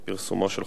פרסומו של חוק זה.